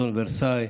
אסון ורסאי,